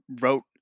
wrote